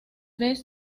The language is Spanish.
vez